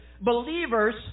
Believers